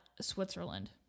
Switzerland